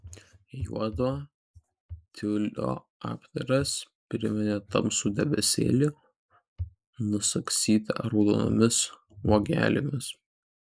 juodo tiulio apdaras priminė tamsų debesėlį nusagstytą raudonomis uogelėmis